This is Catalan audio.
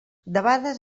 debades